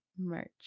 merch